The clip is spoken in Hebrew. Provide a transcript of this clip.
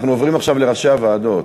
אנחנו עוברים עכשיו לראשי הוועדות.